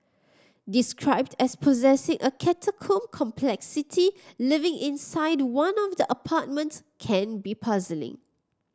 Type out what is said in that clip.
described as possessing a catacomb complexity living inside one of the apartments can be puzzling